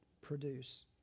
produce